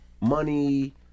money